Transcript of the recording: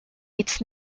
its